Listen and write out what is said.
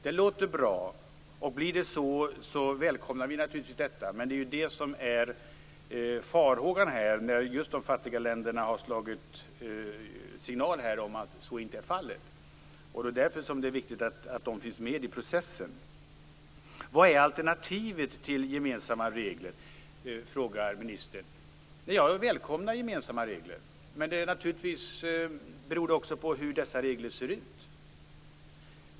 Det låter bra, och blir det så välkomnar vi naturligtvis detta. Farhågan här är att så inte är fallet, vilket de fattiga länderna har gett signaler om. Det är därför viktigt att dessa länder finns med i processen. Vad är alternativet till gemensamma regler? frågar ministern. Jag välkomnar gemensamma regler, men det beror naturligtvis också på hur dessa regler ser ut.